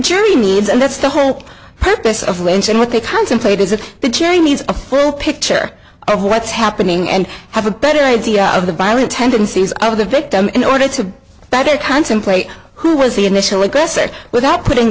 jury needs and that's the whole purpose of lynch and what they contemplate is that the cherry needs a full picture of what's happening and have a better idea of the violent tendencies of the victim in order to better contemplate who was the initial aggressor without putting